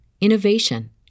innovation